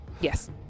Yes